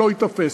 לא ייתפס,